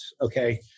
okay